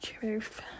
truth